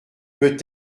peut